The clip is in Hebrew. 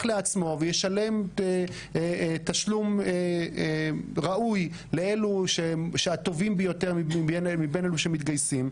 לעצמו וישלם תשלום ראוי לטובים ביותר מבין אלה שמתגייסים,